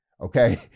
okay